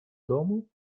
domu